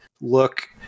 look